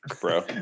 bro